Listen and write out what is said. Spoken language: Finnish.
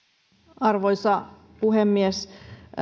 arvoisa puhemies